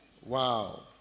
Wow